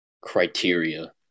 criteria